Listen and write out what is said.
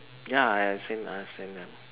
ya I have seen I have seen them